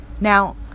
Now